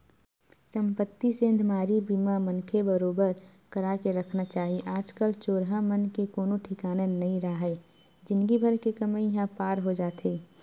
संपत्ति सेंधमारी बीमा मनखे बरोबर करा के रखना चाही आज कल चोरहा मन के कोनो ठिकाना नइ राहय जिनगी भर के कमई ह पार हो जाथे